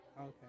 Okay